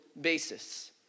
basis